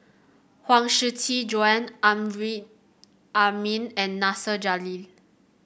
Huang Shiqi Joan Amrin Amin and Nasir Jalil